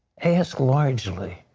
ask largely.